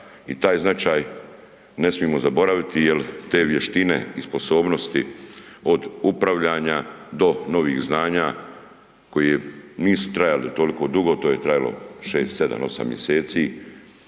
i taj značaj ne smijemo zaboraviti jel te vještine i sposobnosti od upravljanja do novih znanja koje nisu trajale toliko dugo, to je trajalo 6, 7, 8 mjeseci